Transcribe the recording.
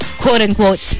quote-unquote